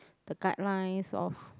the guidelines of